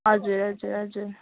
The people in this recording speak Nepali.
हजुर हजुर हजुर